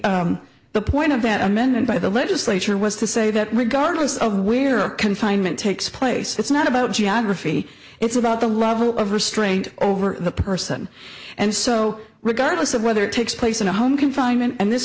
the point of that amendment by the legislature was to say that regardless of where confinement takes place it's not about geography it's about the level of restraint over the person and so regardless of whether it takes place in a home confinement and this